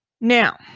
Now